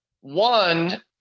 One